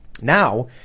Now